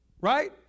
Right